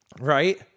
Right